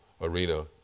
arena